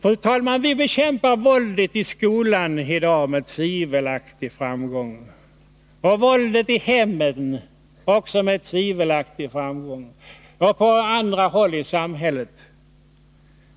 Fru talman! Vi bekämpar våldet i skolan i dag, med tvivelaktig framgång, och vi bekämpar våldet i hemmen, också med tvivelaktig framgång, och vi bekämpar våldet på andra håll i samhället.